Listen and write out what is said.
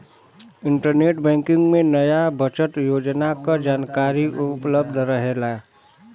internet banking में नया बचत योजना क जानकारी उपलब्ध रहेला